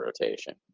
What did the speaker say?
rotation